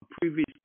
previous